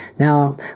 Now